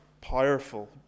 powerful